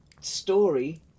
story